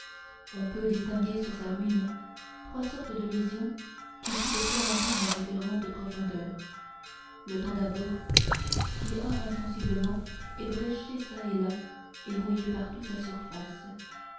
on peut distinguer sur sa ruine trois sortes de lésions qui toutes trois l'entament à différentes profondeurs le temps d'abord qui a insensiblement ébréché çà et là et rouillé partout sa surface